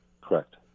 Correct